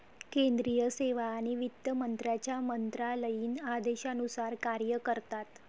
केंद्रीय सेवा आणि वित्त मंत्र्यांच्या मंत्रालयीन आदेशानुसार कार्य करतात